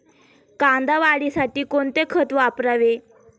कांदा वाढीसाठी कोणते खत वापरावे?